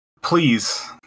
Please